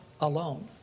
alone